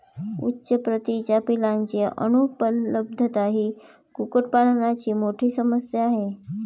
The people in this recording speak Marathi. उच्च प्रतीच्या पिलांची अनुपलब्धता ही कुक्कुटपालनाची मोठी समस्या आहे